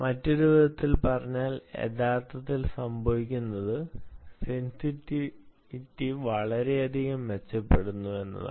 മറ്റൊരു വിധത്തിൽ പറഞ്ഞാൽ യഥാർത്ഥത്തിൽ സംഭവിക്കുന്നത് സെന്സിറ്റിവിറ്റി വളരെയധികം മെച്ചപ്പെടുന്നു എന്നതാണ്